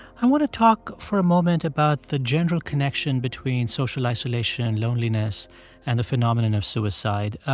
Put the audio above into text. i want to talk for a moment about the general connection between social isolation and loneliness and the phenomenon of suicide.